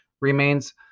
remains